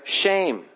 shame